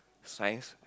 science